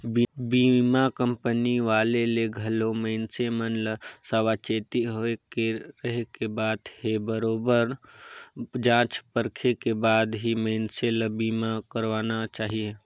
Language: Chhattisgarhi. बीमा कंपनी वाले ले घलो मइनसे मन ल सावाचेती होय के रहें के बात हे बरोबेर जॉच परखे के बाद ही मइनसे ल बीमा करवाना चाहिये